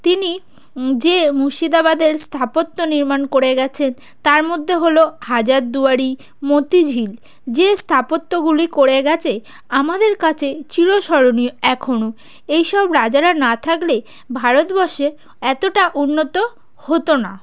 তিনি যে মুর্শিদাবাদের স্থাপত্য নির্মাণ করে গেছেন তার মধ্যে হলো হাজারদুয়ারি মোতিঝিল যে স্থাপত্যগুলি করে গেছে আমাদের কাছে চিরস্মরণীয় এখনও এই সব রাজারা না থাকলে ভারতবর্ষে এতটা উন্নত হতো না